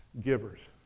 givers